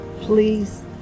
please